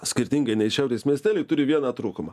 skirtingai nei šiaurės miestely turi vieną trūkumą